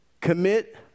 Commit